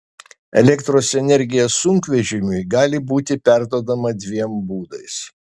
elektros energija sunkvežimiui gali būti perduodama dviem būdais